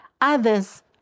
others